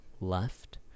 left